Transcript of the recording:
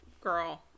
Girl